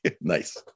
Nice